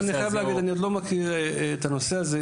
אני לא מכיר את הנושא הזה,